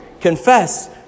confess